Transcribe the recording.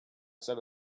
set